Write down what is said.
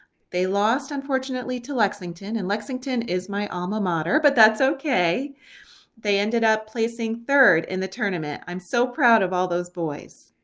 they lost unfortunately to lexington and lexington is my alma mater, but that's okay they ended up placing third in the tournament. i'm so proud of all those boys.